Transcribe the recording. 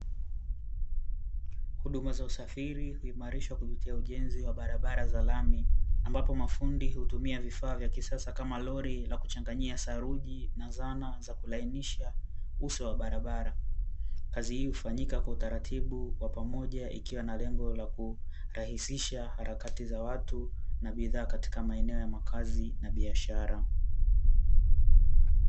Huduma za usafiri huimarishwa kuvutia ujenzi wa barabara za lami, ambapo mafundi hutumia vifaa vya kisasa kama lori la kuchangania saruji na zana za kulainisha uso wa barabara. Kazi hii hufanyika kwa utaratibu wa pamoja ikiwa na lengo la kurahisisha harakati za watu na bidhaa katika maeneo ya makazi na biashara.